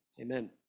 amen